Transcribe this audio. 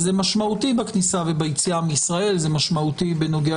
זה משמעותי בכניסה וביציאה מישראל, משמעותי בנוגע